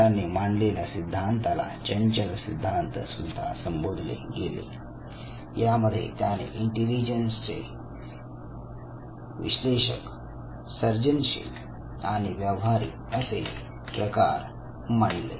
त्याने मांडलेल्या सिद्धांताला चंचल सिद्धांत सुद्धा संबोधले गेले यामध्ये त्याने इंटेलिजन्सचे विश्लेषक सर्जनशील आणि व्यावहारिक असे प्रकार मांडले